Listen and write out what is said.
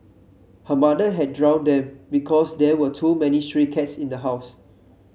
her mother had drowned them because there were too many stray cats in the house